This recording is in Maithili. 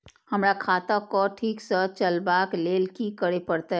हमरा खाता क ठीक स चलबाक लेल की करे परतै